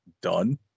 done